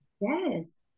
Yes